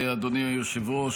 אדוני היושב-ראש,